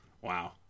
Wow